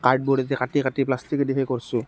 কাৰ্ডবৰ্ডেদি কাটি কাটি প্লাষ্টিকেদি সেই কৰিছোঁ